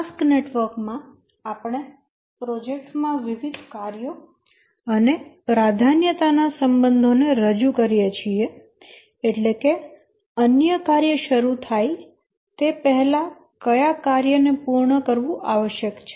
task network માં આપણે project માં વિવિધ કાર્યો અને પ્રાધાન્યતા ના સંબંધોને રજૂ કરીએ છીએ એટલે કે અન્ય કાર્ય શરૂ થાય તે પહેલાં કયા કાર્યને પૂર્ણ કરવું આવશ્યક છે